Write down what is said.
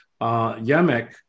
yemek